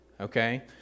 okay